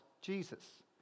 Jesus